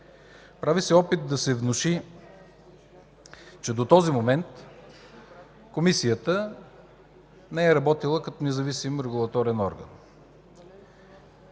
Прави се опит да се внуши, че до този момент Комисията не е работила като независим регулаторен орган.